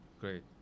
Great